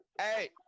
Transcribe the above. Hey